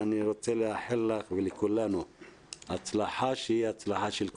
אני רוצה לאחל לך ולכולנו הצלחה שהיא הצלחה של כולם.